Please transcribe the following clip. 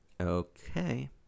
Okay